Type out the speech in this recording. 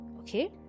okay